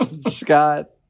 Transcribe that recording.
Scott